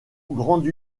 grande